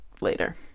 later